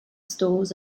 stores